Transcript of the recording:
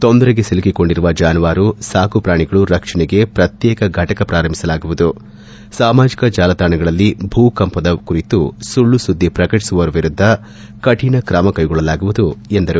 ತೊಂದರೆಗೆ ಸಿಲುಕಿಕೊಂಡಿರುವ ಜಾನುವಾರು ಸಾಕು ಪ್ರಾಣಿಗಳು ರಕ್ಷಣೆಗೆ ಪ್ರತ್ಯೇಕ ಘಟಕ ಪ್ರಾರಂಭಿಸಲಾಗುವುದುಸಾಮಾಜಿಕ ಜಾಲತಾಣಗಳಲ್ಲಿ ಭೂ ಕಂಪನದ ಕುರಿತು ಸುಳ್ಳು ಸುದ್ದಿ ಪ್ರಕಟಿಸುವವರ ವಿರುದ್ದ ತ್ರಮ ಕೈಗೊಳ್ಳಲಾಗುವುದು ಎಂದರು